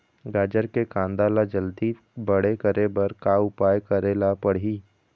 गाजर के कांदा ला जल्दी बड़े करे बर का उपाय करेला पढ़िही?